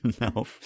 No